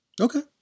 Okay